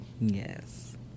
Yes